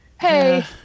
hey